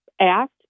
act